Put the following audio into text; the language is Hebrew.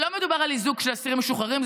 לא מדובר באיזוק של אסירים משוחררים,